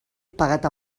pagat